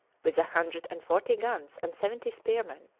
with a hundred and forty guns and seventy spearmen,